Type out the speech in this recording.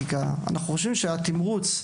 חושבים שהתמרוץ,